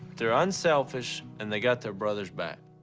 they're unselfish, and they got their brother's back.